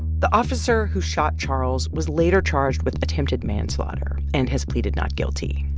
the officer who shot charles was later charged with attempted manslaughter and has pleaded not guilty.